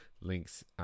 Links